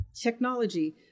technology